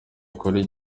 ukuri